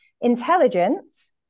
intelligence